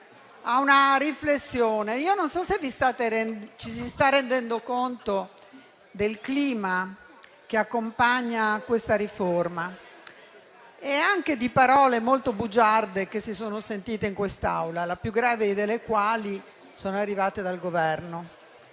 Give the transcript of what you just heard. a una riflessione. Io non so se ci si sta rendendo conto del clima che accompagna questa riforma e anche di parole molto bugiarde che si sono sentite in quest'Aula, le più gravi delle quali sono arrivate dal Governo.